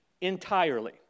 entirely